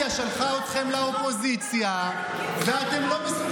שלום לכולם.